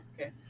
Okay